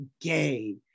gay